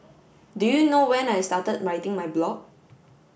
do you know when I started writing my blog